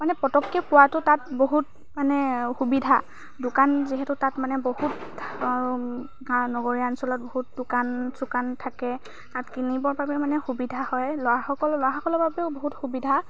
মানে পতককৈ পোৱাটো তাত বহুত মানে সুবিধা দোকান যিহেতু তাত মানে বহুত নগৰীয়া অঞ্চলত বহুত দোকান চোকান থাকে তাত কিনিবৰ বাবে মানে সুবিধা হয় ল'ৰাসকল ল'ৰাসকলৰ বাবেও বহুত সুবিধা